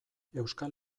euskal